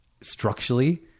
structurally